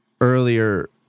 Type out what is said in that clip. earlier